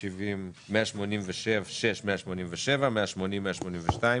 132 אושרה.